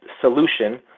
solution